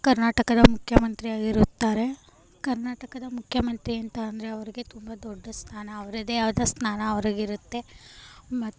ಕರ್ನಾಟಕದ ಮುಖ್ಯಮಂತ್ರಿಯಾಗಿರುತ್ತಾರೆ ಕರ್ನಾಟಕದ ಮುಖ್ಯಮಂತ್ರಿ ಅಂತ ಅಂದರೆ ಅವರಿಗೆ ತುಂಬ ದೊಡ್ಡ ಸ್ಥಾನ ಅವರದ್ದೇ ಆದ ಸ್ಥಾನ ಅವರಿಗಿರುತ್ತೆ ಮತ್ತು